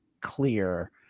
clear